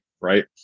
Right